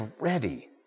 ready